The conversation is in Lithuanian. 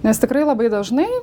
nes tikrai labai dažnai